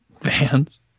Fans